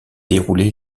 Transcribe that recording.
déroulé